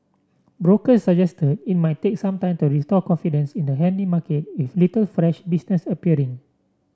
brokers suggested it might take some time to restore confidence in the handy market with little fresh business appearing